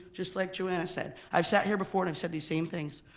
just like joanna said, i've sat here before and i've said these same things.